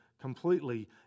completely